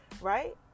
right